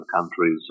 countries